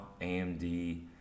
AMD